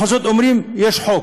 בכל זאת, אומרים, יש חוק,